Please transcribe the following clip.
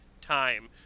time